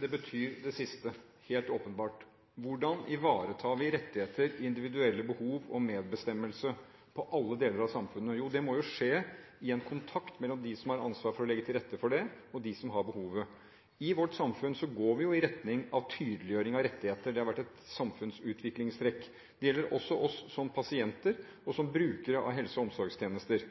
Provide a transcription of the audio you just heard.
Det betyr det siste – helt åpenbart. Hvordan ivaretar vi rettigheter, individuelle behov og medbestemmelse i alle deler av samfunnet? Jo, det må skje i en kontakt mellom dem som har ansvaret for å legge til rette for det, og dem som har behovene. I vårt samfunn går vi i retning av tydeliggjøring av rettigheter. Det har vært et samfunnsutviklingstrekk. Det gjelder også oss som pasienter og brukere av helse- og omsorgstjenester.